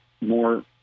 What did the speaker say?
more